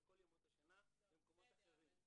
בכל ימות השנה במקומות אחרים.